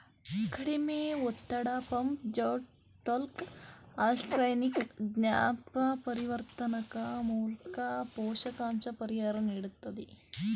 ಕಡಿಮೆ ಒತ್ತಡ ಪಂಪ್ ಜೆಟ್ಮೂಲ್ಕ ಅಲ್ಟ್ರಾಸಾನಿಕ್ ಸಂಜ್ಞಾಪರಿವರ್ತಕ ಮೂಲ್ಕ ಪೋಷಕಾಂಶದ ಪರಿಹಾರ ನೀಡ್ತದೆ